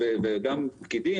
גם פקידים,